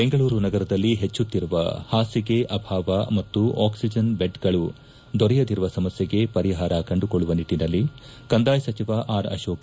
ಬೆಂಗಳೂರು ನಗರದಲ್ಲಿ ಪೆಚ್ಚುಕ್ತಿರುವ ಹಾಸಿಗೆ ಅಭಾವ ಮತ್ತು ಆಕ್ಷಿಜೆನ್ ಬೆಡ್ಗಳು ದೊರೆಯದಿರುವ ಸಮಸ್ನೆಗೆ ಪರಿಹಾರ ಕಂಡುಕೊಳ್ಳುವ ನಿಟ್ಲನಲ್ಲಿ ಕಂದಾಯ ಸಚಿವ ಆರ್ ಅರೋಕ್